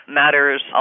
matters